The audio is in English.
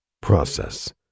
process